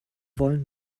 wollen